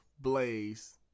Blaze